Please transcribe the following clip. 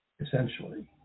essentially